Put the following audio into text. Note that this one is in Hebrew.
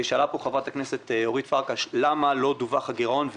שאלה פה חברת הכנסת אורית פרקש למה לא דווח הגירעון?